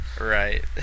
Right